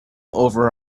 over